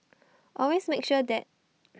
always make sure their